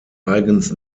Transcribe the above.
eigens